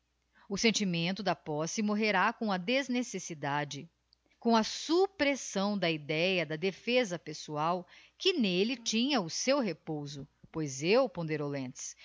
o sentimento da posse morrerá com a desnecessidade com a suppressão da idéa da defesa pessoal que n'ele tinha o seu repouso pois eu ponderou lentz